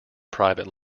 private